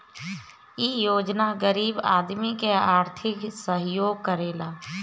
इ योजना गरीब आदमी के आर्थिक सहयोग करेला